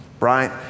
Right